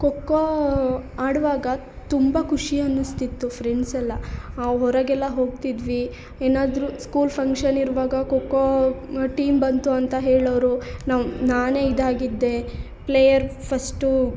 ಖೋಖೋ ಆಡುವಾಗ ತುಂಬ ಖುಷಿ ಅನಿಸ್ತಿತ್ತು ಫ್ರೆಂಡ್ಸೆಲ್ಲ ಹೊರಗೆಲ್ಲ ಹೋಗ್ತಿದ್ವಿ ಏನಾದರೂ ಸ್ಕೂಲ್ ಫಂಕ್ಷನ್ ಇರುವಾಗ ಖೋಖೋ ಟೀಮ್ ಬಂತು ಅಂತ ಹೇಳೋರು ನಮ್ಮ ನಾನೇ ಇದಾಗಿದ್ದೆ ಪ್ಲೇಯರ್ ಫಸ್ಟು